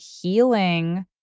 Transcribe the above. healing